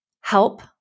help